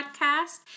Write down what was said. Podcast